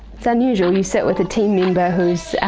unusual you sit with a team member who's